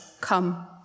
come